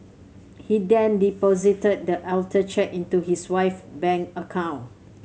he then deposited the altered cheque into his wife bank account